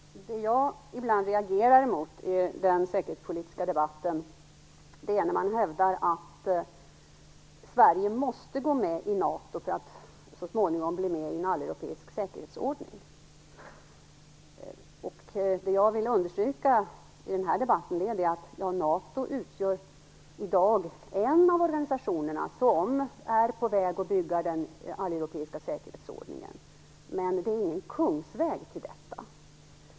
Herr talman! Det jag ibland reagerar emot i den säkerhetspolitiska debatten är när man hävdar att Sverige måste gå med i NATO för att så småningom bli med i en alleuropeisk säkerhetsordning. Det jag vill understryka i den här debatten är att NATO i dag utgör en av de organisationer som är på väg att bygga den alleuropeiska säkerhetsordningen, men det är ingen kungsväg till detta.